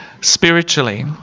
spiritually